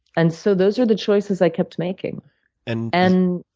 and so those are the choices i kept making and and